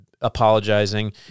apologizing